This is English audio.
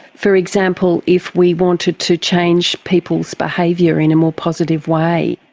for example if we wanted to change people's behaviour in a more positive way?